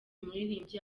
umuririmbyi